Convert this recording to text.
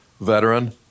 veteran